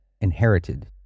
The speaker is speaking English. inherited